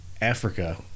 Africa